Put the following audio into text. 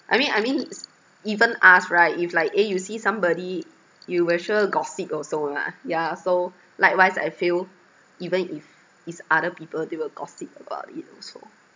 I mean I mean even us right if like eh you see somebody you will sure gossip also mah yeah so likewise I feel even if it's other people they will gossip about it also